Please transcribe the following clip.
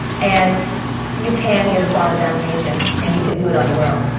and you can get a job without an agent, and you can do it on your own.